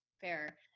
Fair